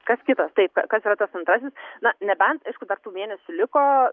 kas kitas taip kas yra tas antrasis na nebent aišku dar tų mėnesių liko